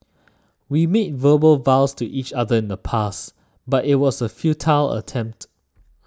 we made verbal vows to each other in the past but it was a futile attempt